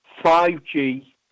5G